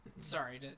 Sorry